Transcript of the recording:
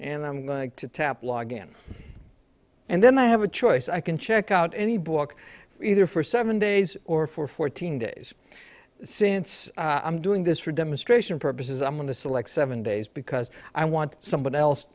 and i'm like to tap log in and then i have a choice i can check out any book either for seven days or for fourteen days since i'm doing this for demonstration purposes i'm going to select seven days because i want someone else